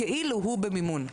כאילו הוא במימון?